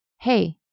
hey